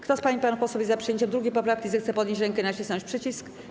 Kto z pań i panów posłów jest za przyjęciem 2. poprawki, zechce podnieść rękę i nacisnąć przycisk.